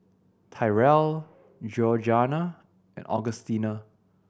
Tyrell Georganna and Augustina